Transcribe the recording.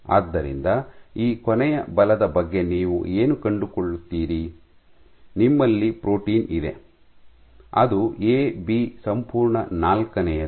ಆದ್ದರಿಂದ ಈ ಕೊನೆಯ ಬಲದ ಬಗ್ಗೆ ನೀವು ಏನು ಕಂಡುಕೊಳ್ಳುತ್ತೀರಿ ನಿಮ್ಮಲ್ಲಿ ಪ್ರೋಟೀನ್ ಇದೆ ಅದು ಎಬಿ ಸಂಪೂರ್ಣ ನಾಲ್ಕನೆಯದು